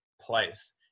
place